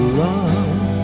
love